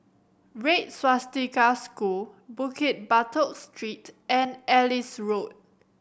Red Swastika School Bukit Batok Street and Ellis Road